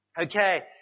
Okay